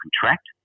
contract